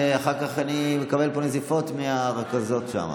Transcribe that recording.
ואחר כך אני מקבל נזיפות מהרכזות שם.